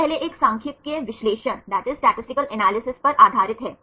अब पहले एक सांख्यिकीय विश्लेषण पर आधारित है